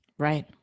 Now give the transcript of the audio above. Right